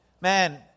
man